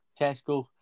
Tesco